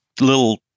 little